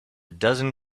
dozen